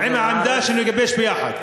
הר"י מסכים עם העמדה שנגבש יחד.